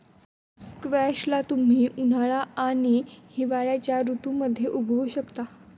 squash ला तुम्ही उन्हाळा आणि हिवाळ्याच्या ऋतूमध्ये उगवु शकता